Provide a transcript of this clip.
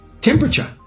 temperature